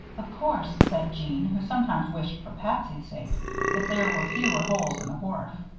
of course, said jeanne, who sometimes wished for patsy's sake that there were fewer holes in the wharf,